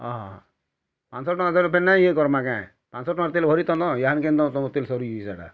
ଓଃ ହ ପାଞ୍ଚଶହ ଟଙ୍କା ଧର୍ବା କେ ଇେ କର୍ମା କେ ପାଞ୍ଚଶହ ଟଙ୍କା ତେଲ୍ ଭରିଥାନ୍ତ ୟାହାନ୍ କେ ତ ତମ ତେଲ୍ ସରିଯାଇଛେ ସେଇଟା